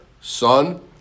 son